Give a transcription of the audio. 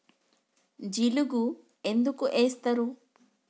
జిలుగు ఎందుకు ఏస్తరు?